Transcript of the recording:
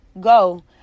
go